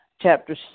chapter